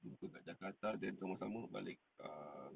jumpa kat jakarta then sama-sama balik err